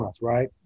right